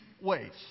ways